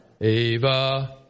Eva